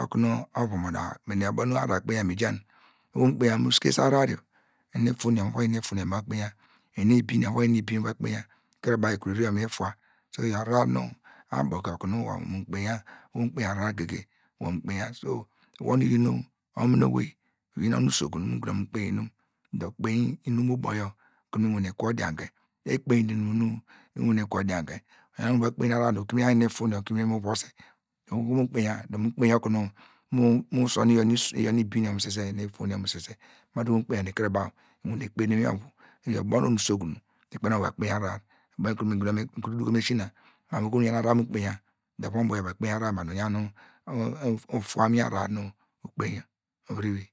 okunu, ovu mo da mene oyor okunu ahrar kpenya ijan, oho mu kpenya mu sikese ahrar yor inuni ifun yor, muvon inum me ifun muva kpenya, inu ibinyor muvon inunu ibin muva kpenya, ikikiri baw ekurenyor miyi fua, iyor ahrar nu a boke akunu mu kpenya, oho nu mu kpenyo ahrar goge, wor mu kpenya, so wor nu uyin omini owey, uyin onu usokun nu mu guno okonu owor mu kpenyi inum dor kpenyi inum uboyor okunu nu wane ku wor odianke, ekpenyi tu inum nu iwane kuo odianke, oyan ubo nu uva kpenyi ahrar dor ukiminen mu vuose mugunu okunu mu son iyor nu ibinyor mu sise mu iyor nu ifunyo, ma dor mu kpenya dor ikrikre baw iwane kpene mu inwin ovu, oyor ubo nu onu- urokun okpen okunu mova kpenyi ahrar nu kunu mi, mi kum duko mu esina mam oho nu uyan ahrar mu kpenya dor von ubo yor va kpenyi ahrar ma dor uyan ufuam mu inwin ahrar nu ukpenyor uviri vi.